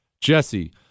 Jesse